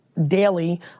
daily